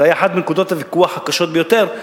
זאת היתה אחת מנקודות הוויכוח הקשות ביותר.